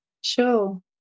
Sure